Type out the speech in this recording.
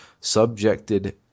subjected